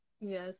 yes